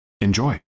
enjoy